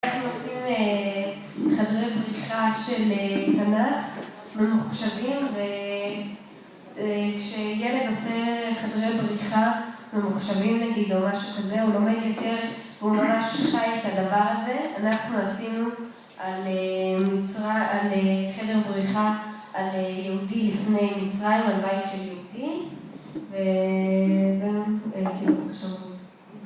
אנחנו עושים חדרי בריחה של תנ״ך, ממוחשבים, וכשילד עושה חדרי בריחה ממוחשבים נגיד, או משהו כזה, הוא לומד יותר והוא ממש חי את הדבר הזה. אנחנו עשינו חדר בריחה על יהודי לפני מצרים, על בית של יהודי, וזהו.